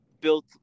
built